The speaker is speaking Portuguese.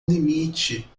limite